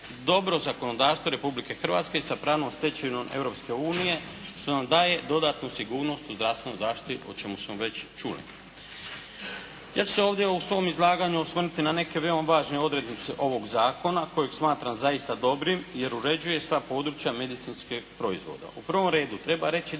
dobro zakonodavstvo Republike Hrvatske sa pravnom stečevinom Europske unije što nam daje dodatnu sigurnost u zdravstvenoj zaštiti o čemu smo već čuli. Ja ću se ovdje u svom izlaganju osvrnuti na neke veoma važne odrednice ovog zakona kojeg smatram zaista dobrim jer uređuje sva područja medicinskih proizvoda. U prvom redu, treba reći